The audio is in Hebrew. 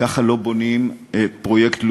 ככה לא בונים פרויקט לאומי.